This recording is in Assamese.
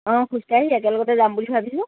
অঁ খোজকাঢ়ি একেলগতে যাম বুলি ভাবিছোঁ